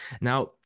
Now